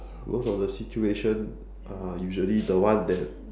most of the situations are usually the ones that